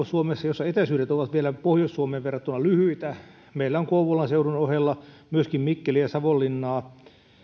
suomessa jossa etäisyydet ovat pohjois suomeen verrattuna vielä lyhyitä on kouvolan seudun ohella myöskin mikkeliä ja savonlinnaa